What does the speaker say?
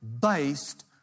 based